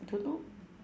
don't know